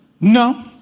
no